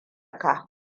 ka